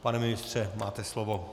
Pane ministře, máte slovo.